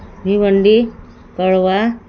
Bhiwandi Kalwa